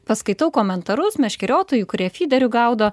paskaitau komentarus meškeriotojų kurie fideriu gaudo